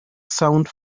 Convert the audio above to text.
sound